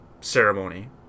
ceremony